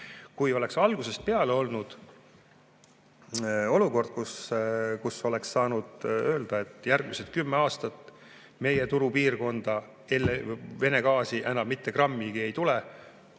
Kui algusest peale oleks olnud olukord, kus oleks saanud öelda, et järgmised kümme aastat meie turupiirkonda Vene gaasi mitte grammigi enam ei tule,